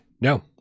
No